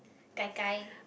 Gai-Gai